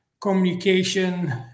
communication